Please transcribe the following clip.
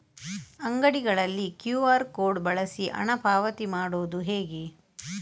ಅಂಗಡಿಗಳಲ್ಲಿ QR code ಬಳಸಿ ಹಣ ಪಾವತಿ ಮಾಡೋದು ಹೇಗೆ?